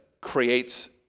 creates